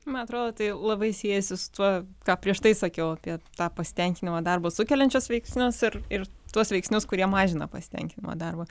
man atrodo tai labai siejasi su tuo ką prieš tai sakiau apie tą pasitenkinimą darbu sukeliančius veiksnius ir ir tuos veiksnius kurie mažina pasitenkinimą darbu